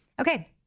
okay